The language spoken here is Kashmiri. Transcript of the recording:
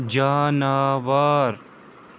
جاناوار